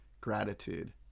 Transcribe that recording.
gratitude